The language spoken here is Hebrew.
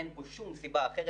אין פה שום סיבה אחרת.